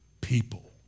people